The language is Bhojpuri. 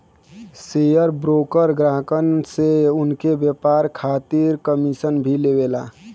शेयर ब्रोकर ग्राहकन से उनके व्यापार खातिर कमीशन भी लेवला